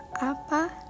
apa